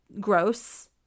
gross